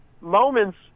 moments